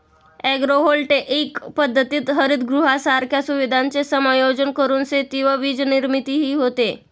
agrovoltaic पद्धतीत हरितगृहांसारख्या सुविधांचे समायोजन करून शेती व वीजनिर्मितीही होते